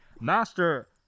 Master